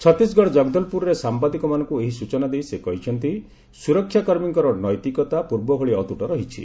ଛତିଶଗଡ ଜଗଦଲପୁର ସାମ୍ବାଦିକମାନଙ୍କୁ ଏହି ସୂଚନା ଦେଇ ସେ କହିଛନ୍ତି ସୁରକ୍ଷାକର୍ମୀଙ୍କର ନୈତିକତା ପୂର୍ବଭଳି ଅତୁଟ ରହିଛି